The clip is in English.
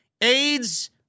aids